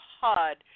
HUD